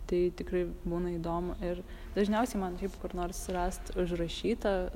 tai tikrai būna įdomu ir dažniausiai man taip kur nors surast užrašyta